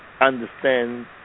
understand